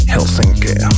Helsinki